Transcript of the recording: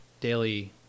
daily